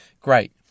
great